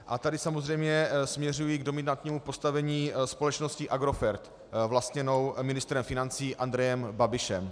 A tady samozřejmě směřuji k dominantnímu postavení společnosti Agrofert vlastněné ministrem financí Andrejem Babišem.